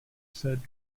said